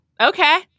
Okay